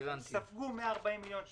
הן ספגו 140 מיליון שקל.